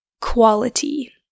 quality